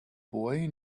boy